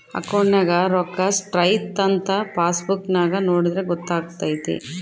ಅಕೌಂಟ್ನಗ ರೋಕ್ಕಾ ಸ್ಟ್ರೈಥಂಥ ಪಾಸ್ಬುಕ್ ನಾಗ ನೋಡಿದ್ರೆ ಗೊತ್ತಾತೆತೆ